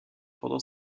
pendant